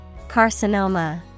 Carcinoma